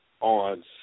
on